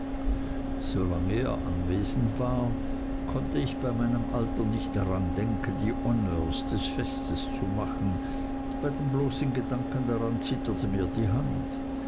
er anwesend war konnte ich bei meinem alter nicht daran denken die honneurs des festes zu machen bei dem bloßen gedanken daran zitterte mir die hand